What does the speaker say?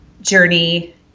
journey